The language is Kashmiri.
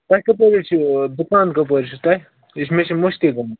تۄہہِ کَپٲرۍ حظ چھُ دُکان کَپٲرۍ چھُو تۄہہِ یہِ مےٚ چھ مٔشتی گومُت